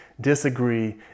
disagree